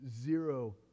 Zero